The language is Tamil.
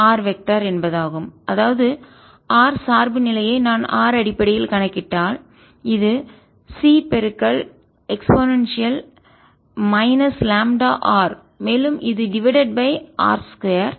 r வெக்டர் என்பதாகும்அதாவது ஆர் சார்பு நிலையை நான் ஆர் அடிப்படையில் கணக்கிட்டால் இது C e λr மேலும் இது டிவைடட் பை r 2